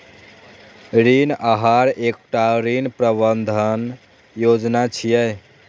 ऋण आहार एकटा ऋण प्रबंधन योजना छियै